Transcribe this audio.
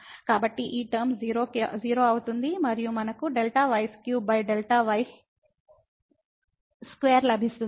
కాబట్టి ఈ టర్మ 0 అవుతుంది మరియు మనకు Δ y3Δ y2 లభిస్తుంది